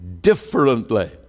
differently